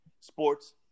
sports